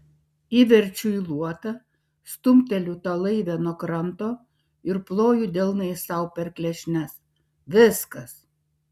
įverčiu į luotą stumteliu tą laivę nuo kranto ir ploju delnais sau per klešnes viskas